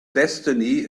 destiny